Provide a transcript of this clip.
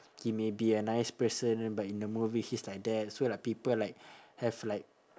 he may be a nice person but in the movie he's like that so like people like have like